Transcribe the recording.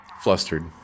flustered